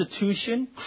institution